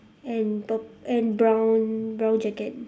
and purp~ and brown brown jacket